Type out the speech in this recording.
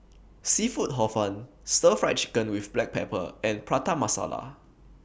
Seafood Hor Fun Stir Fried Chicken with Black Pepper and Prata Masala